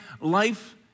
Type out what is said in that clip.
life